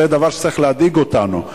זה דבר שצריך להדאיג אותנו,